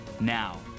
Now